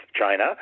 China